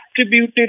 attributed